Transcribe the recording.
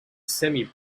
semi